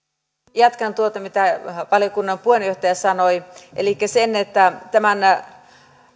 jatkan tuota mitä valiokunnan puheenjohtaja sanoi elikkä tämän